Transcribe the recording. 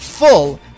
full